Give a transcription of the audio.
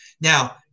Now